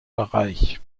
bereich